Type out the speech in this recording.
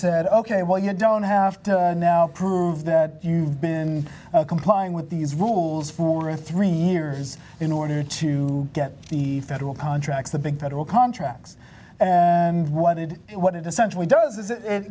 said ok well you don't have to now prove that you've been complying with these rules for three years in order to get the federal contracts the big federal contracts and what did what it essentially does is it